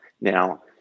Now